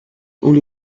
only